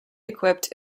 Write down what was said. equipped